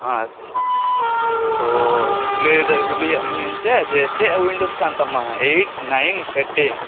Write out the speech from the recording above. ᱟᱪᱪᱷᱟ ᱛᱚ ᱠᱩᱞᱤᱫᱮ ᱠᱩᱞᱤᱭᱮᱫ ᱢᱮᱭᱟᱹᱧ ᱪᱮ ᱪᱮᱫ ᱪᱮᱫ ᱣᱤᱱᱰᱳᱥ ᱠᱟᱱ ᱛᱟᱢᱟ ᱮᱭᱤᱴ ᱱᱟᱭᱤᱱ ᱥᱮ ᱴᱮᱱ